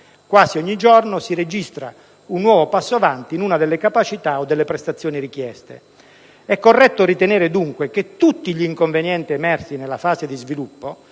Quasi ogni giorno si registra un nuovo passo avanti in una delle capacità o delle prestazioni richieste. È corretto ritenere, dunque, che tutti gli inconvenienti emersi nella fase di sviluppo,